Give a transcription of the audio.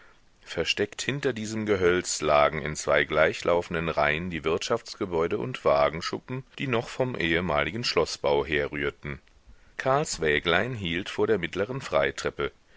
versteckt hinter diesem gehölz lagen in zwei gleichlaufenden reihen die wirtschaftsgebäude und wagenschuppen die noch vom ehemaligen schloßbau herrührten karls wäglein hielt vor der mittleren